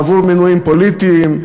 בעבור מינויים פוליטיים?